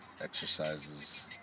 exercises